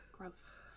gross